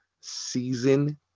season